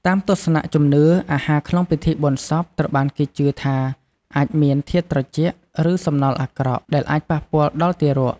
តាមទស្សនៈជំនឿ អាហារក្នុងពិធីបុណ្យសពត្រូវបានគេជឿថាអាចមាន "ធាតុត្រជាក់" ឬ "សំណល់អាក្រក់" ដែលអាចប៉ះពាល់ដល់ទារក។